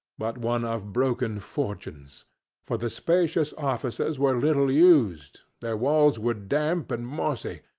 but one of broken fortunes for the spacious offices were little used, their walls were damp and mossy,